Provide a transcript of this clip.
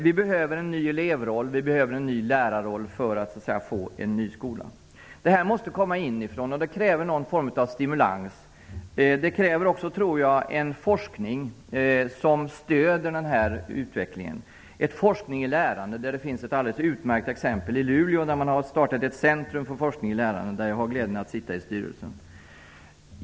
Vi behöver en ny elevoch lärarroll för att få en ny skola. Detta måste skapas inifrån, och det kräver någon form av stimulans. Vidare krävs forskning som stöder utvecklingen. Det är fråga om en forskning i lärande. Det finns ett alldeles utmärkt exempel i Luleå. Där har ett centrum för forskning inrättats. Jag har glädjen att sitta med i styrelsen.